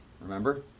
remember